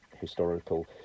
historical